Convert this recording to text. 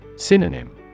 Synonym